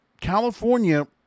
California